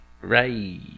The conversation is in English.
right